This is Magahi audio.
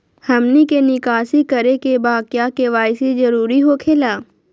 हमनी के निकासी करे के बा क्या के.वाई.सी जरूरी हो खेला?